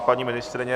Paní ministryně?